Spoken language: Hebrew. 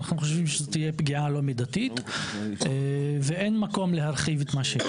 אנחנו חושבים שזאת תהיה פגיעה לא מידתית ואין מקום להרחיב את מה שיש.